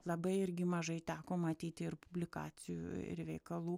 labai irgi mažai teko matyti ir publikacijų ir veikalų